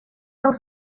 els